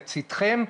לצדכם,